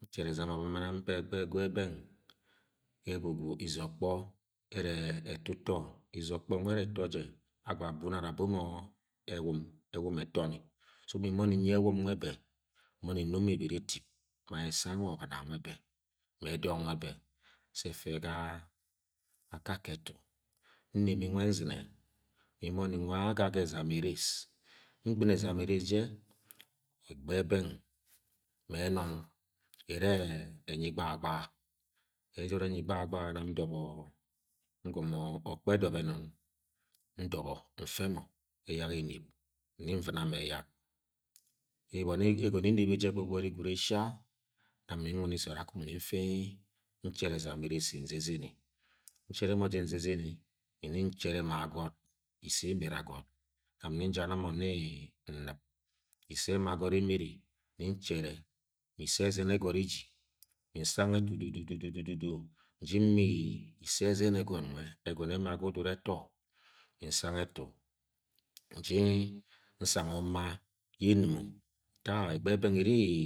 Nchere ezam am egbe beng ga egwugwu isokpo ere e etuto izokpo nue era eto je agwagume ara abo mo ewam ewum etoni so mi mboni nwe be mboni nomo ebere tip ma ese anguhe obtna nue be ma edok se efa ga-a akake etu neme nwe nime mi-mboni nwa-a ag-a ga ezam eres ngɨ̃mi ezam eres je eebebena ma enon ene-e enyi gbahagbala enon enyi gbahagbaha nam ndomo ngomo-o okpo edop anon ndobo mfe mo eyak eneb ni-nyɨ̃na ma eyak eboni-egono enebe je gbo gbori gwud eshia nam mi nwumi so od akung ni-nfi nchene ezam eresi nze zene nchere mọ je nzezene mi-nchere ma agot ise emere agoh nam mi-njama mo ni-nɨ̃p ise ema agot emere ni-chere ise ezen egot ebi mi-nse anwe dudu du du du du-u nji mi ise ezan egot nwe egono ema sa ga udut eto mi-nsang etu nji nsang oma ye enugo, ntak egbe beng iri-i-i